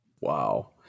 Wow